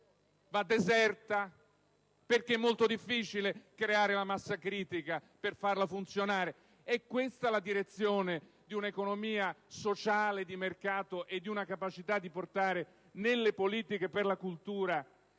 va deserta, perché è molto difficile creare la massa critica per farla funzionare. È questa la direzione di un'economia sociale di mercato e di una capacità di portare nelle politiche per la cultura